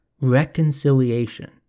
reconciliation